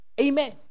Amen